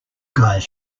guys